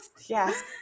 Yes